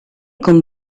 con